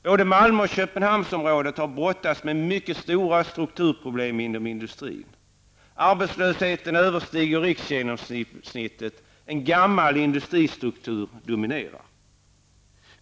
Både Malmö och Köpenhamnsområdet har brottats med mycket stora strukturproblem inom industrin. Arbetslösheten överstiger riksgenomsnittet. En gammal industristruktur dominerar.